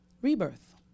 Rebirth